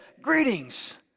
greetings